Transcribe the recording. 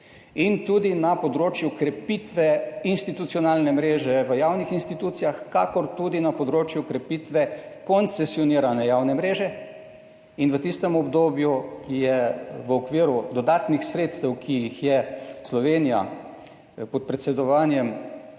in tudi na področju krepitve institucionalne mreže v javnih institucijah, kakor tudi na področju krepitve koncesionirane javne mreže, in v tistem obdobju je v okviru dodatnih sredstev, ki jih je Slovenija pod predsedovanjem